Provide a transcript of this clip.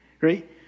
right